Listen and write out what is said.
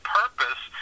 purpose